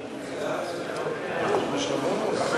להפוך את הצעת חוק התכנון והבנייה (תיקון,